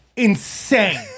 Insane